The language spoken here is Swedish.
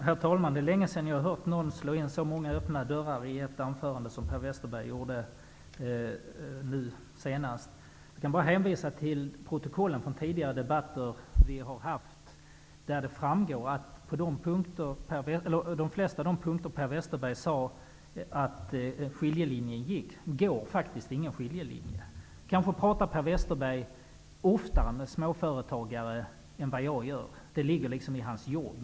Herr talman! Det är länge sedan jag hörde någon slå in så många öppna dörrar som Per Westerberg nu gjorde i sitt anförande. Jag kan hänvisa till protokollen från de tidigare debatter vi har haft. Det framgår där, att på de flesta av de punkter där Per Westerberg sade att skiljelinjen gick, går faktiskt ingen skiljelinje. Kanske talar Per Westerberg oftare med småföretagare än vad jag gör. Det ligger i hans jobb.